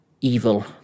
evil